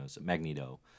Magneto